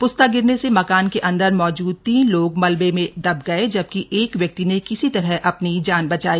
प्स्ता गिरने से मकान के अंदर मौजूद तीन लोग मलबे में दब गए जबकि एक व्यक्ति ने किसी तरह अपनी जान बचाई